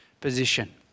position